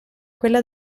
quella